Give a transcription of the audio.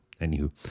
Anywho